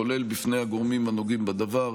כולל בפני הגורמים הנוגעים בדבר.